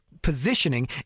positioning